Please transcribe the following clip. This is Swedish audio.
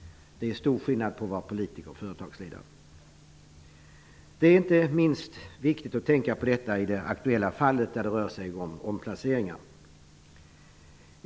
Det är stor skillnad mellan att vara politiker och att vara företagsledare. Det är inte minst viktigt att tänka på detta i det aktuella fallet, där det rör sig om omplaceringar.